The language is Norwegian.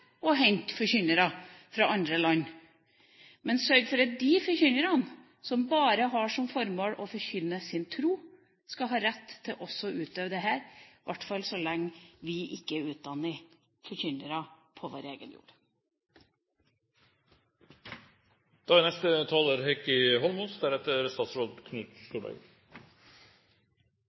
å hente forkynnere fra andre land. Men sørg for at de forkynnerne som bare har som formål å forkynne sin tro, skal ha rett til også å utøve dette, i hvert fall så lenge vi ikke utdanner forkynnere på vår egen jord. Jeg er